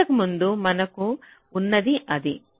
ఇంతకుముందు మనకు ఉన్నది ఇదే